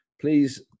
Please